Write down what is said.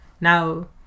Now